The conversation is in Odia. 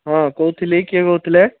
ହଁ କହୁଥିଲି କିଏ କହୁଥିଲେ